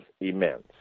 immense